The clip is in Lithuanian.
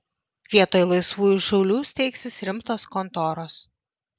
vietoj laisvųjų šaulių steigsis rimtos kontoros